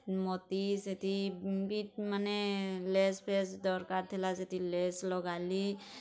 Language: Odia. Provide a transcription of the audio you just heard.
ମୋତି ସେଥି ବି ମାନେ ଲେସ୍ ଫେସ୍ ଦରକାର୍ ଥିଲା ସେଥିର୍ ଲେସ୍ ଲଗାଲି